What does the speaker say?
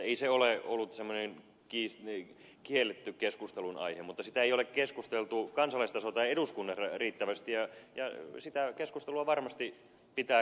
ei se ole ollut semmoinen kielletty keskustelunaihe mutta siitä ei ole keskusteltu kansalaistasolla tai eduskunnassa riittävästi ja sitä keskustelua varmasti pitää käydä